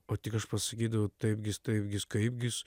o tik aš pasakydavau taipgis taipgis kaipgis